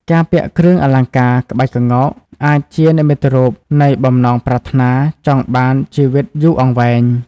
ការពាក់គ្រឿងអលង្ការក្បាច់ក្ងោកអាចជានិមិត្តរូបនៃបំណងប្រាថ្នាចង់បានជីវិតយូរអង្វែង។